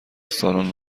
سالن